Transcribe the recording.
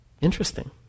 interesting